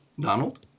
Donald